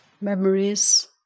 memories